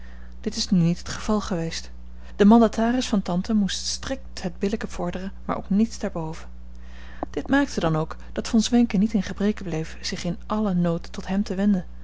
dit is nu niet het geval geweest de mandataris van tante moest strikt het billijke vorderen maar ook niets daar boven dit maakte dan ook dat von zwenken niet in gebreke bleef zich in allen nood tot hem te wenden